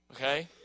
Okay